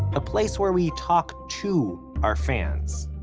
a place where we talk to our fans.